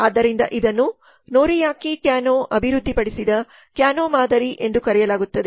ಆದ್ದರಿಂದ ಇದನ್ನು Noriaki Kano ಅಭಿವೃದ್ಧಿಪಡಿಸಿದ ಕ್ಯಾನೊ ಮಾದರಿ ಎಂದು ಕರೆಯಲಾಗುತ್ತದೆ